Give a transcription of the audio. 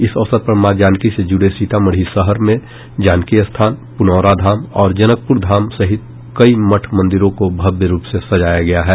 इस अवसर पर मां जानकी से जुड़े सीतामढ़ी शहर में जानकी स्थान पुनौरा धाम और जनकप्र धाम सहित कई मठ मंदिरों को भव्य रूप से सजाया गया है